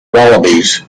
wallabies